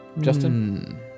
Justin